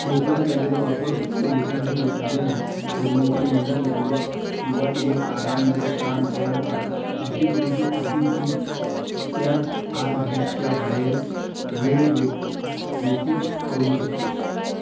मोकळ्या जागेचा वापर करून एखादे उद्यान खेळण्याचे मैदान किंवा किंवा एक आरामदायक स्थान तयार करा जिथे तुमचे अतिथी त्याच आर व्हीच्या बाहेर वेळ व्य व्यतीत करू शकतील